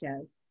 shows